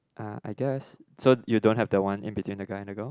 uh I guess so you don't have the one in between the guy and the girl